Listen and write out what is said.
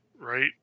Right